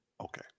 Okay